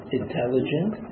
intelligent